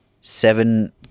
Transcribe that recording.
seven